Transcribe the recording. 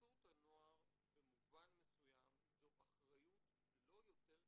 חסות הנוער במובן מסוים זו אחריות לא יותר קטנה,